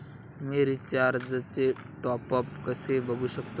मी रिचार्जचे टॉपअप कसे बघू शकतो?